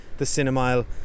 thecinemile